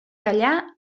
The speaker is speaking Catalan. callar